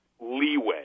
leeway